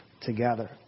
together